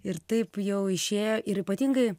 ir taip jau išėjo ir ypatingai